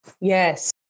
Yes